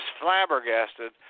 flabbergasted